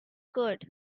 could